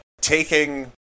taking